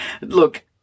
Look